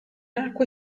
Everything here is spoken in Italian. acque